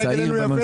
תתנהג אלינו יפה,